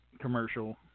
commercial